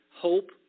hope